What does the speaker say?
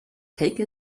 take